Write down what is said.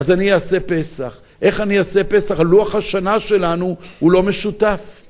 אז אני אעשה פסח. איך אני אעשה פסח? הלוח השנה שלנו הוא לא משותף.